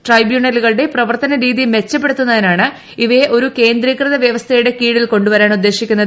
ട്രൈബ്യൂണലുകളുടെ പ്രവർത്തന രീതി മെച്ചപ്പെടുത്തുന്നതിനാണ് ഇവയെ ഒരു കേന്ദ്രീകൃത വൃവസ്ഥയുടെ കീഴിൽ കൊണ്ടുവരാൻ ഉദ്ദേശിക്കുന്നത്